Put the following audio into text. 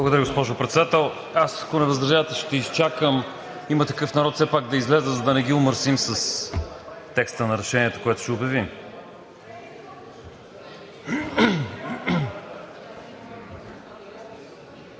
Благодаря, госпожо Председател. Аз, ако не възразявате – ще изчакам все пак „Има такъв народ“ да излязат, за да не ги омърсим с текста на решението, което ще обявим.